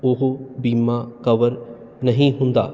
ਉਹ ਬੀਮਾਂ ਕਵਰ ਨਹੀਂ ਹੁੰਦਾ